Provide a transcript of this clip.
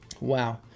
Wow